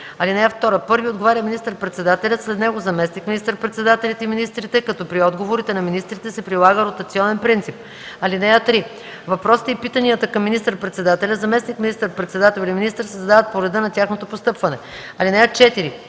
друго. (2) Първи отговаря министър-председателят, след него – заместник министър-председателите и министрите, като при отговорите на министрите се прилага ротационен принцип. (3) Въпросите и питанията към министър-председателя, заместник министър-председател или министър се задават по реда на тяхното постъпване. (4)